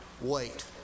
wait